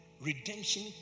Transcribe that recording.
Redemption